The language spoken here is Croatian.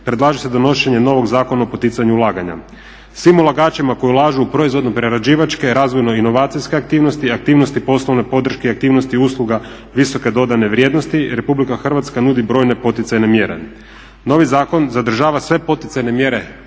predlaže se donošenje novog Zakona o poticanju ulaganja. Svim ulagačima koji ulažu u proizvodno-prerađivačke, razvojno-inovacijske aktivnosti i aktivnosti poslovne podrške, aktivnosti usluga visoke dodane vrijednosti RH nudi brojne poticajne mjere. Novi zakon podržava sve poticajne mjere